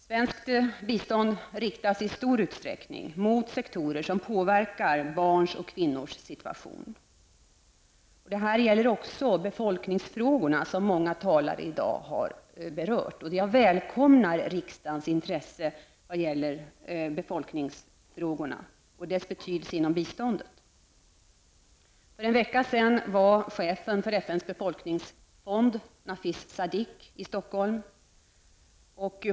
Svenskt bistånd riktas i stor utsträckning mot sektorer som påverkar barns och kvinnors situation. Detta gäller även befolkningsfrågorna som många talare i dag berört. Jag välkomnar riksdagens intresse för befolkningsfrågorna och deras betydelse inom biståndet. För en vecka sedan var chefen för FNs befolkningsfond, Nafis Sadik, i Stockholm.